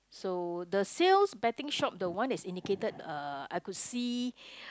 so the sales betting shop the one that's indicated uh I could see